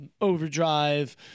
overdrive